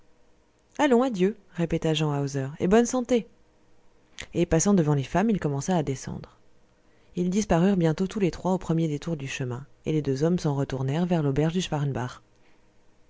allons adieu répéta jean hauser et bonne santé et passant devant les femmes il commença à descendre ils disparurent bientôt tous les trois au premier détour du chemin et les deux hommes s'en retournèrent vers l'auberge de